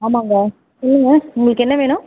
ஆமாங்க சொல்லுங்கள் உங்களுக்கு என்ன வேணும்